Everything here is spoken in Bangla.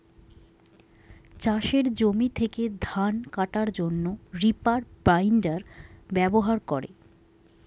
চাষের জমি থেকে ধান কাটার জন্যে রিপার বাইন্ডার ব্যবহার করে